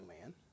man